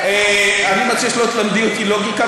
אני מציע שלא תלמדי אותי לוגיקה.